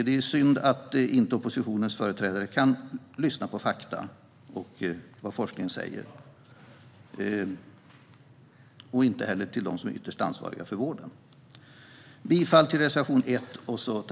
Det är synd att oppositionens företrädare inte kan ta in fakta och lyssna till vad som sägs inom forskningen och inte heller till dem som är ytterst ansvariga för vården. Jag yrkar bifall till reservation 1.